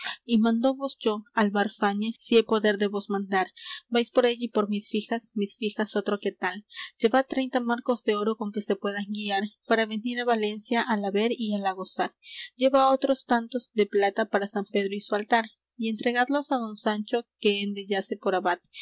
mándovos yo álvar fáñez si he poder de vos mandar vais por ella y por mis fijas mis fijas otro que tal llevad treinta marcos de oro con que se puedan guiar para venir á valencia á la ver y á la gozar llevá otros tantos de plata para san pedro y su altar y entregadlos á don sancho que ende yace por